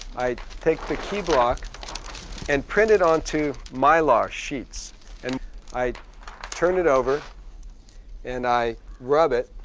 i take the key block and print it onto mylar sheets and i turn it over and i rub it,